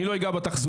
אני לא אגע בתחזוקה,